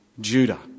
Judah